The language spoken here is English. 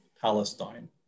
Palestine